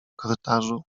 korytarzu